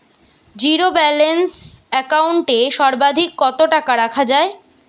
Zero balance account এ সর্বাধিক কত টাকা রাখা য়ায়?